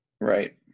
right